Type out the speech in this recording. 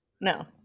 No